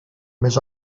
miss